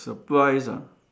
surprise ah